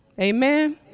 Amen